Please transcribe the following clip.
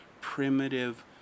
primitive